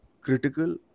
critical